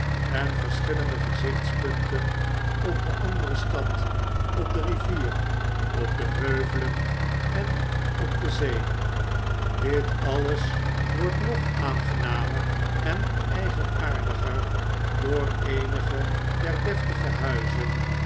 en verschillende gezichtspunten op de andere stad op de rivier op de'heuvelen en op de zee dit alles wordt nog aangenamer en eigenaardiger door eenige der cfeftige buizen